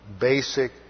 Basic